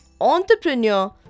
entrepreneur